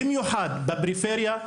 צריך במיוחד לפתוח תקנים בפריפריה,